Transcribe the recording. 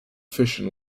fission